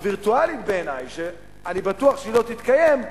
הווירטואלית בעיני, שאני בטוח שלא תתקיים,